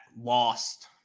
lost